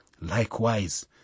Likewise